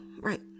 right